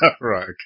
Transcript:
Right